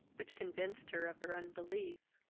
which convinced her of her unbelief.